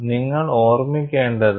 നിങ്ങൾ ഓർമ്മിക്കേണ്ടതാണ്